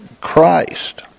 Christ